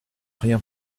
rien